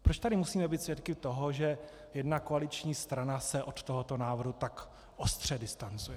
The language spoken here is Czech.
Proč tady musíme být svědky toho, že jedna koaliční strana se od tohoto návrhu tak ostře distancuje?